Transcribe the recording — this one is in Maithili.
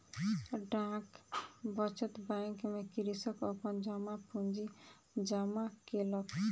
डाक बचत बैंक में कृषक अपन जमा पूंजी जमा केलक